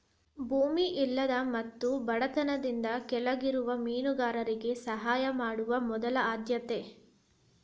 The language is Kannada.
ಭೂಮಿ ಇಲ್ಲದ ಮತ್ತು ಬಡತನದಿಂದ ಕೆಳಗಿರುವ ಮೇನುಗಾರರಿಗೆ ಸಹಾಯ ಮಾಡುದ ಮೊದಲ ಆದ್ಯತೆ